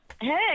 Hey